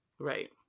Right